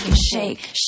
Shake